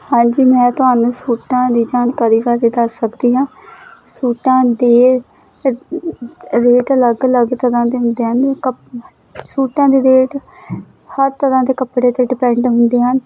ਹਾਂਜੀ ਮੈਂ ਤੁਹਾਨੂੰ ਸੂਟਾਂ ਦੀ ਜਾਣਕਾਰੀ ਬਾਰੇ ਦੱਸ ਸਕਦੀ ਹਾਂ ਸੂਟਾਂ ਦੇ ਰੇਟ ਅਲੱਗ ਅਲੱਗ ਤਰ੍ਹਾਂ ਦੇ ਹੁੰਦੇ ਹਨ ਕਪ ਸੂਟਾਂ ਦੇ ਰੇਟ ਹਰ ਤਰ੍ਹਾਂ ਦੇ ਕੱਪੜੇ 'ਤੇ ਡਿਪੈਂਡ ਹੁੰਦੇ ਹਨ